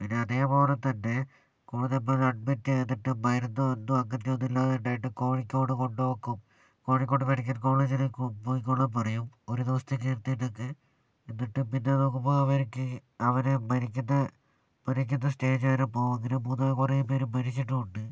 പിന്നെ അതേപോലെതന്നെ കൂടുതലായിട്ട് അഡ്മിറ്റ് ചെയ്തിട്ട് മരുന്നൊന്നും അങ്ങത്തൊന്നും ഇല്ലാന്ന് ഉണ്ടായിട്ട് കോഴിക്കോട് കൊണ്ടു പൊക്കോ കോഴിക്കോട് മെഡിക്കൽ കോളേജിലേക്ക് പൊയ്ക്കോളാൻ പറയും ഒരു ദിവസത്തേക്ക് എന്നിട്ട് പിന്നെ നോക്കുമ്പോൾ അവര്ക്ക് അവരെ മരിക്കുന്ന മരിക്കുന്ന സ്റ്റേജ് വരെ പോവും അങ്ങനെ പൊതുവെ കുറെ പേര് മരിച്ചിട്ടുണ്ട്